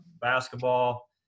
basketball